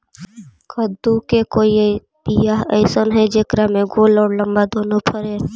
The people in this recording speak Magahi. कददु के कोइ बियाह अइसन है कि जेकरा में गोल औ लमबा दोनो फरे?